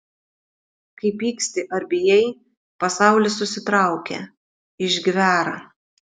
kai pyksti ar bijai pasaulis susitraukia išgvęra